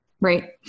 Right